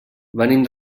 venim